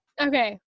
Okay